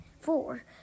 four